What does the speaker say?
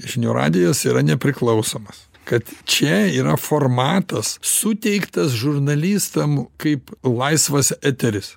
žinių radijas yra nepriklausomas kad čia yra formatas suteiktas žurnalistam kaip laisvas eteris